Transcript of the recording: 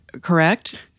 correct